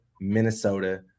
Minnesota